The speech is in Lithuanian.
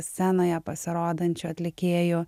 scenoje pasirodančių atlikėjų